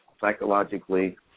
psychologically